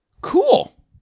Cool